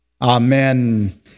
Amen